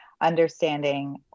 understanding